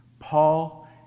Paul